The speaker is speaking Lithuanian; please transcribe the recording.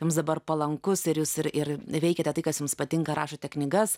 jums dabar palankus ir jūs ir ir veikiate tai kas jums patinka rašote knygas